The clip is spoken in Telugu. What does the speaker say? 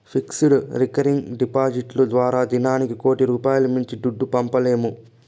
ఫిక్స్డ్, రికరింగ్ డిపాడిట్లు ద్వారా దినానికి కోటి రూపాయిలు మించి దుడ్డు పంపలేము